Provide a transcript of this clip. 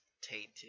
tainted